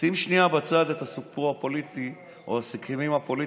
שים שנייה בצד את הסיפור הפוליטי או הסיכומים הפוליטיים,